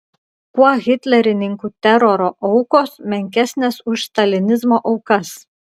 kuo hitlerininkų teroro aukos menkesnės už stalinizmo aukas